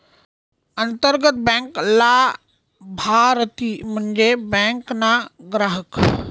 अंतर्गत बँक लाभारती म्हन्जे बँक ना ग्राहक